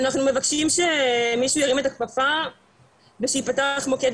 אנחנו מבקשים שמישהו ירים את הכפפה ושייפתח מוקד